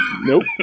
Nope